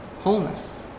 wholeness